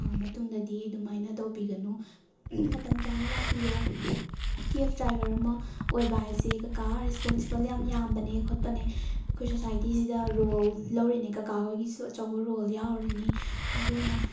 ꯃꯇꯨꯡꯗꯗꯤ ꯑꯗꯨꯃꯥꯏꯅ ꯇꯧꯕꯤꯒꯅꯨ ꯃꯇꯝ ꯆꯥꯅ ꯂꯥꯛꯄꯤꯌꯣ ꯀꯦꯞ ꯗ꯭ꯔꯥꯏꯚꯔ ꯑꯃ ꯑꯣꯏꯕ ꯍꯥꯏꯕꯁꯦ ꯀꯀꯥ ꯔꯦꯁꯄꯣꯟꯁꯤꯕꯜ ꯌꯥꯝ ꯌꯥꯝꯕꯅꯦ ꯈꯣꯠꯄꯅꯦ ꯑꯩꯈꯣꯏ ꯁꯣꯁꯥꯏꯇꯤꯁꯤꯗ ꯔꯣꯜ ꯂꯧꯔꯤꯅꯦ ꯀꯀꯥ ꯍꯣꯏꯒꯤꯁꯨ ꯑꯍꯧꯕ ꯔꯣꯜ ꯌꯥꯎꯔꯤꯅꯤ ꯑꯗꯨꯅ